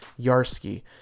Yarsky